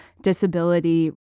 disability